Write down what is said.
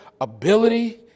ability